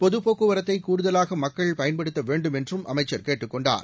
பொதுப் போக்குவரத்தை கூடுதலாக மக்கள் பயன்படுத்த வேண்டும் என்றும் அமைச்சள் கேட்டுக்கொண்டார்